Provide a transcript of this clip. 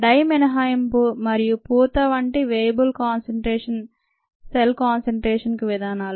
die మినహాయింపు మరియు పూత వంటి వేయబుల్ సెల్ కాన్సెన్ట్రేషన్కు విధానాలు